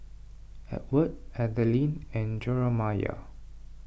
Edward Adalyn and Jeramiah